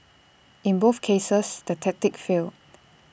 in both cases the tactic failed